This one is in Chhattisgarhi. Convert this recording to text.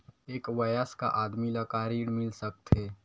एक वयस्क आदमी ल का ऋण मिल सकथे?